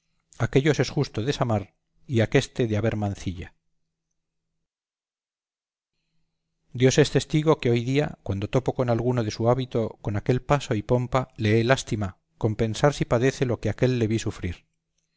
aquéllos es justo desamar y aquéste de haber mancilla dios es testigo que hoy día cuando topo con alguno de su hábito con aquel paso y pompa le he lástima con pensar si padece lo que aquél le vi sufrir